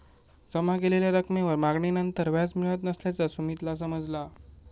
जमा केलेल्या रकमेवर मागणीनंतर व्याज मिळत नसल्याचा सुमीतला समजला